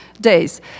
days